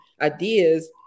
ideas